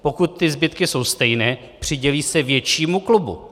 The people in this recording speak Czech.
Pokud ty zbytky jsou stejné, přidělí se většímu klubu.